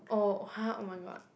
oh !huh! oh-my-god